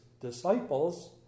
disciples